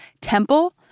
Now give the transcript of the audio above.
temple